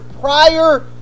prior